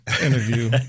interview